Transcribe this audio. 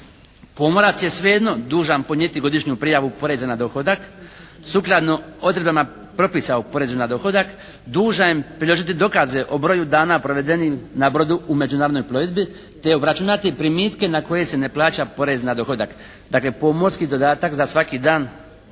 Pomorac je svejedno dužan podnijeti godišnju prijavu poreza na dohodak sukladno odredbama propisa o porezu na dohodak dužan priložiti dokaze o broju dana provedenim na brodu u međunarodnoj plovidbi, te obračunati primitke na koje se ne plaća porez na dohodak. Dakle, pomorski dodatak za svaki dan